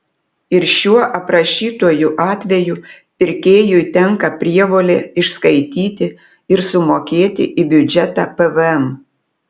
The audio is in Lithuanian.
ir šiuo aprašytuoju atveju pirkėjui tenka prievolė išskaityti ir sumokėti į biudžetą pvm